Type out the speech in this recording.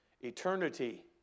eternity